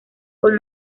con